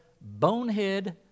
Bonehead